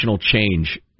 change